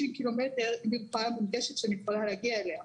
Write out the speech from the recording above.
קילומטר עם מרפאה מונגשת שאני יכולה להגיע אליה.